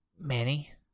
Manny